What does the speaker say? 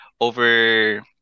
over